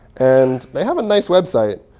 and they have a nice website.